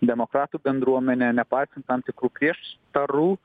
demokratų bendruomenė nepaisant tam tikrų prieštarų